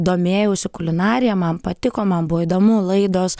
domėjausi kulinarija man patiko man buvo įdomu laidos